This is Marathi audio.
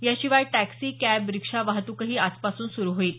याशिवाय टॅक्सी कॅब रिक्षा वाहत्कही आजपासून सुरु होइल